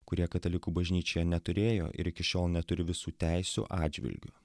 kurie katalikų bažnyčioje neturėjo ir iki šiol neturi visų teisių atžvilgiu